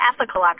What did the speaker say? ethical